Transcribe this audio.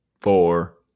four